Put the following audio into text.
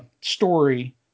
story